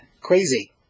crazy